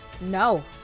No